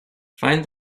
find